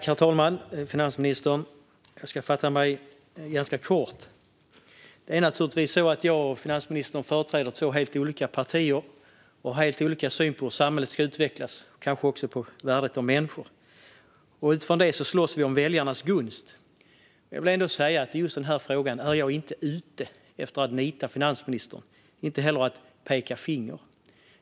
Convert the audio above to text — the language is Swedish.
Herr talman och finansministern! Jag ska fatta mig ganska kort. Det är naturligtvis så att jag och finansministern företräder två helt olika partier och har helt olika syn på hur samhället ska utvecklas - kanske också på värdet av människor. Utifrån detta slåss vi om väljarnas gunst. Jag vill ändå säga att jag i just denna fråga inte är ute efter att nita finansministern eller att peka finger.